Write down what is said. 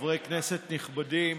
חברי כנסת נכבדים,